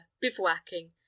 bivouacking